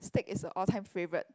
steak is a all time favourite